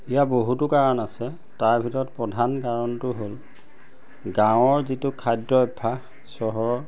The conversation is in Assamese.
ইয়াৰ বহুতো কাৰণ আছে তাৰ ভিতৰত প্ৰধান কাৰণটো হ'ল গাঁৱৰ যিটো খাদ্য অভ্যাস চহৰৰ